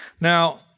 Now